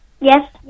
Yes